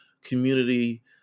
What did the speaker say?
community